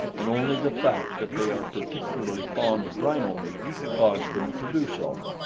and only the fact that they are particularly fond of rhino-meat caused them to do so.